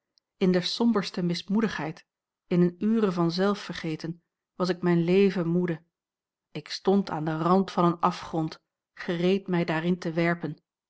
in de somberste mismoedigheid in eene ure van zelfvergeten was ik mijn leven moede ik stond aan den rand van een afgrond gereed mij daarin te werpen